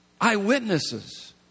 Eyewitnesses